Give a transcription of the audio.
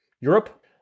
Europe